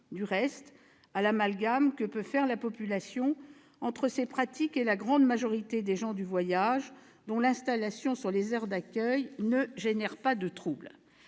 du reste, de l'amalgame que peut faire la population entre les auteurs de ces pratiques et la grande majorité des gens du voyage, dont l'installation sur les aires d'accueil n'engendre pas de troubles.